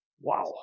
Wow